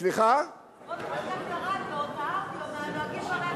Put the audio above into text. או שאתה לוקח את הרדיו או את האודיו מהנוהגים ברכב.